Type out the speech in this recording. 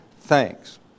thanks